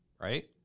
right